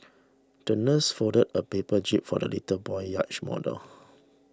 the nurse folded a paper jib for the little boy's yacht model